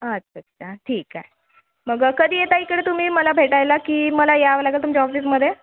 अच्च्छा ठीक आहे मग कधी येता इकडं तुम्ही मला भेटायला की मला यावं लागेल तुमच्या ऑफिसमध्ये